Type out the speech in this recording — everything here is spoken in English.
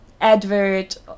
advert